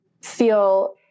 feel